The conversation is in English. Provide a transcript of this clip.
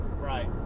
right